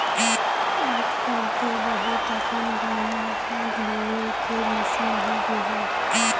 आजकल तो बहुत अकन गाँव म धान लूए के मसीन होगे हे